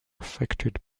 affected